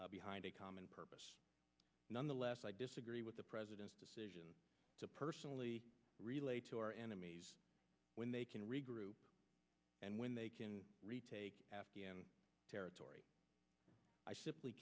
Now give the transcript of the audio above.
behind a common purpose nonetheless i disagree with the president's decision to personally relate to our enemies when they can regroup and when they can retake afghan territory i simply